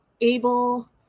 able